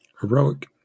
Heroic